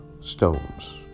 stones